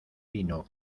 vino